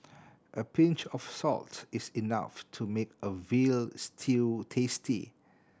a pinch of salt is enough to make a veal stew tasty